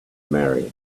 marry